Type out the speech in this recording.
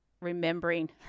remembering